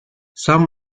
some